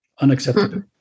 Unacceptable